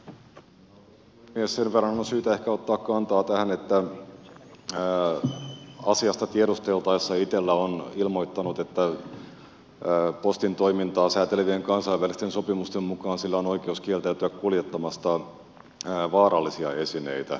sen verran on syytä ehkä ottaa kantaa tähän että asiasta tiedusteltaessa itella on ilmoittanut että postin toimintaa säätelevien kansainvälisten sopimusten mukaan sillä on oikeus kieltäytyä kuljettamasta vaarallisia esineitä